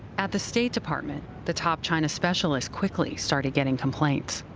at the state department, the top china specialist quickly started getting complaints.